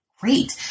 Great